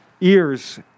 ears